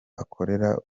akorera